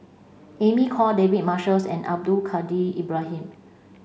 Emy Khor David Marshalls and Abdul Kadir Ibrahim